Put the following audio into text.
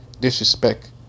Disrespect